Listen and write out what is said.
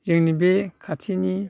जोंनि बे खाथिनि